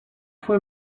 fue